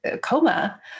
coma